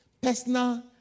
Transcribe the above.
Personal